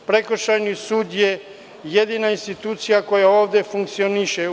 Prekršajni sud je jedina institucija koja ovde funkcioniše.